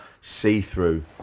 see-through